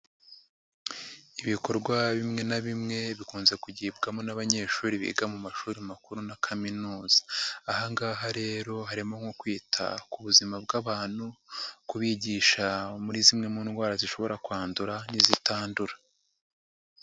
Ibikorwa bimwe na bimwe bikunze kugibwamo n'abanyeshuri biga mu mashuri makuru na kaminuza, aha ngaha rero harimo nko kwita ku buzima bw'abantu, kubigisha muri zimwe mu ndwara zishobora kwandura n'izitandura.